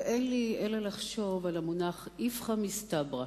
ואין לי אלא לחשוב על המונח איפכא מסתברא.